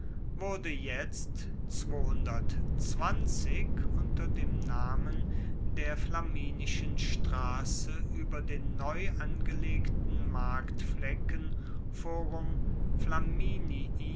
wurde jetzt unter dem namen der flaminischen strasse ueber den neu angelegten marktflecken forum